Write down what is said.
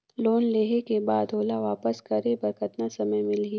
Loan लेहे के बाद ओला वापस करे बर कतना समय मिलही?